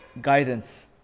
guidance